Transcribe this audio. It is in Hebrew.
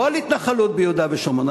לא על התנחלות ביהודה ושומרון,